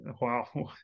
Wow